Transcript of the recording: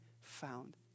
found